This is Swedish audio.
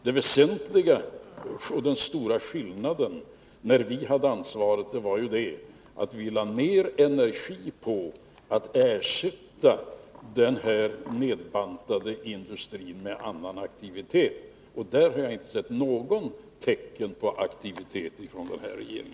Den stora skillnaden mot när vi hade ansvaret är att vi lade ner energi på att ersätta den nedbantade industrin med annan aktivitet. I det avseendet har jag inte sett något tecken till initiativ från denna regering.